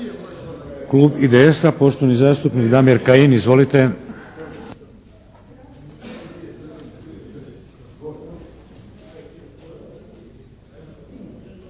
Klub IDS-a, poštovani zastupnik Damir Kajin. Izvolite.